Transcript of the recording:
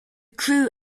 crew